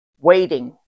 waiting